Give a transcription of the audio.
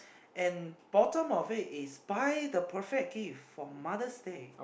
and bottom of it is buy the perfect gift for Mother's Day